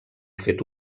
fet